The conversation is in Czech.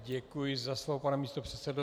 Děkuji za slovo, pane místopředsedo.